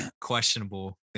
questionable